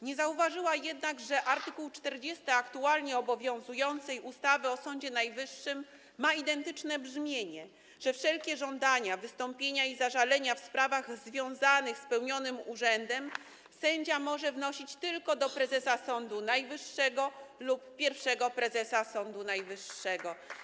Nie zauważyła jednak, że art. 40 aktualnie obowiązującej ustawy o Sądzie Najwyższym ma identyczne brzmienie: wszelkie żądania, wystąpienia i zażalenia w sprawach związanych z pełnionym urzędem sędzia może wnosić tylko do prezesa Sądu Najwyższego lub pierwszego prezesa Sądu Najwyższego.